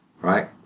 right